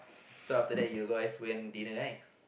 so after that you guys went dinner right